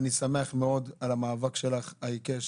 אני שמח מאוד על המאבק שלך העיקש.